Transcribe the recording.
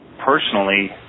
personally